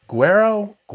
Guero